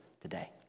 today